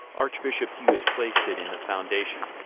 archbishop hughes placed it in the foundation.